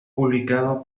publicado